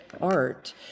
art